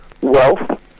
wealth